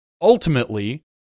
ultimately